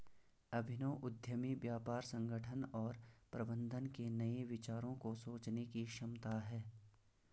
अभिनव उद्यमी व्यापार संगठन और प्रबंधन के नए विचारों को सोचने की क्षमता है